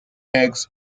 eggs